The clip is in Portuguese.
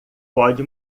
pode